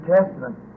Testament